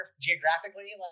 geographically